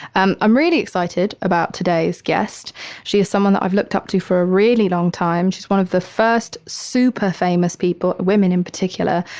i'm i'm really excited about today's guest. she is someone that i've looked up to for a really long time. she's one of the first super famous people, women in particular,